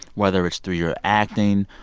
whether it's through your acting,